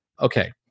okay